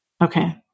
Okay